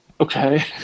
okay